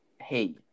hey